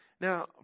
Now